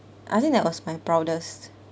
I think that was my proudest